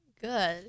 good